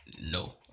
No